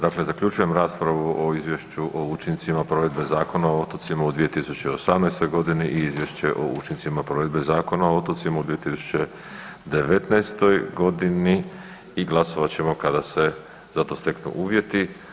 Dakle zaključujem raspravu o Izvješću o učincima provedbe Zakona o otocima u 2018.g. i Izvješću o učincima provedbe Zakona o otocima u 2019.g. i glasovat ćemo kada se za to steknu uvjeti.